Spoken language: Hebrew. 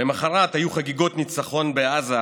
למוחרת היו חגיגות ניצחון בעזה,